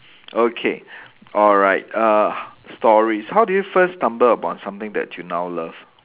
okay alright uh stories how do you first stumble upon something that you now love